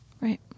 Right